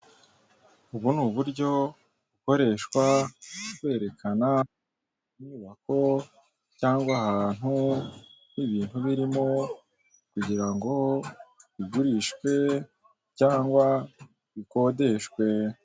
Ubu ni uburyo bukoreshwa bwerekana inyubako cyangwa ahantu h'ibintu birimo, kugira ngo bigurishwe cyangwa bikodeshwe.